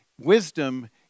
Wisdom